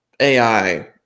AI